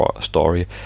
story